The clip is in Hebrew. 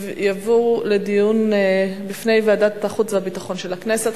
יובאו לדיון בוועדת החוץ והביטחון של הכנסת.